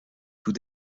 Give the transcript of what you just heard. tout